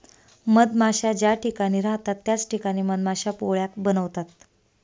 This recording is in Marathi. मधमाश्या ज्या ठिकाणी राहतात त्याच ठिकाणी मधमाश्या पोळ्या बनवतात